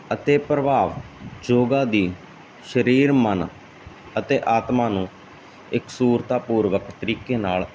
ਅਤੇ ਪ੍ਰਭਾਵ ਯੋਗਾ ਦੀ ਸਰੀਰ ਮਨ ਅਤੇ ਆਤਮਾ ਨੂੰ ਇੱਕ ਸੂਰਤਾ ਪੂਰਵਕ ਤਰੀਕੇ ਨਾਲ